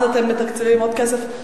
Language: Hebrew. אז אתם מתקציבים עוד כסף?